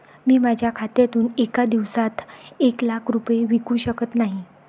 मी माझ्या खात्यातून एका दिवसात एक लाख रुपये विकू शकत नाही